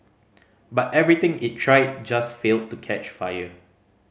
but everything it tried just failed to catch fire